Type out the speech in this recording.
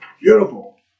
Beautiful